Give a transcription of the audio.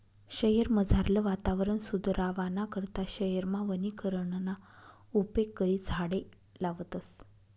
शयेरमझारलं वातावरण सुदरावाना करता शयेरमा वनीकरणना उपेग करी झाडें लावतस